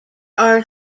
are